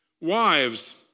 Wives